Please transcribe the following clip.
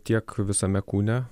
tiek visame kūne